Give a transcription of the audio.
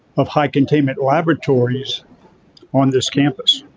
of high containment laboratories on this campus.